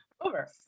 Over